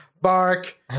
bark